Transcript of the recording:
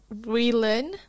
relearn